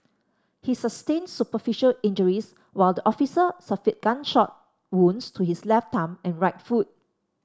he sustained superficial injuries while the officer suffered gunshot wounds to his left thumb and right foot